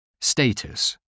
status